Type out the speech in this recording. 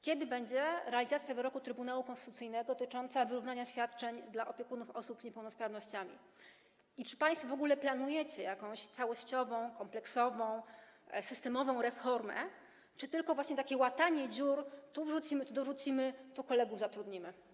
Kiedy będzie realizacja wyroku Trybunału Konstytucyjnego dotyczącego wyrównania świadczeń dla opiekunów osób z niepełnosprawnościami i czy państwo w ogóle planujecie jakąś całościową, kompleksową, systemową reformę, czy tylko takie właśnie łatanie dziur: tu wrzucimy, tu dorzucimy, tu kolegów zatrudnimy?